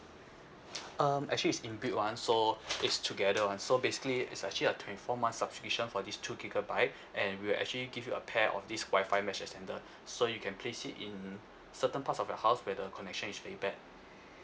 um actually is in built [one] so it's together [one] so basically it's actually a twenty four months subscription for this two gigabyte and we'll actually give you a pair of this WI-FI mesh extender so you can place it in certain parts of your house where the connection is very bad